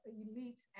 elite